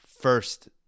first